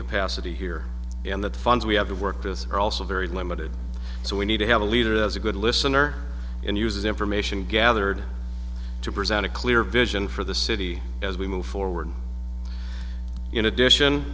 capacity here and the funds we have to work this are also very limited so we need to have a leader as a good listener and use information gathered to present a clear vision for the city as we move forward in addition